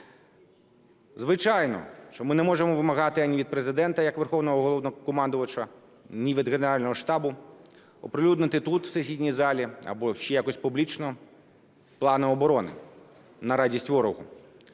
Звичайно, що ми не можемо вимагати ані від Президента як Верховного Головнокомандувача, ні від Генерального штабу оприлюднити тут в сесійній залі або ще якось публічно плани оборони на радість ворогу.